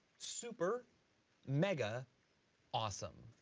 super mega awesome.